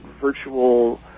virtual